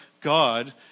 God